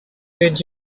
did